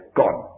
gone